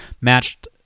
matched